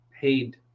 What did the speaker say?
paid